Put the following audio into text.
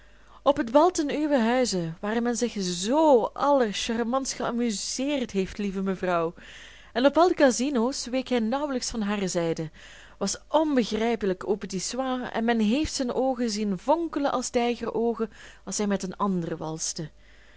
op het bal ten uwen huize waar men zich zoo allercharmantst geamuseerd heeft lieve mevrouw en op al de casino's week hij nauwelijks van hare zijde was onbegrijpelijk aux petits soins en men heeft zijn oogen zien vonkelen als tijgeroogen als zij met een ander walste